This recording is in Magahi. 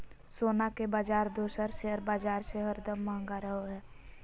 सोना के बाजार दोसर शेयर बाजार से हरदम महंगा रहो हय